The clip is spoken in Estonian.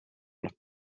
nad